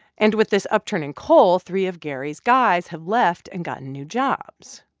and with this upturn in coal, three of gary's guys have left and gotten new jobs.